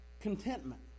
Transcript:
Contentment